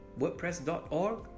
WordPress.org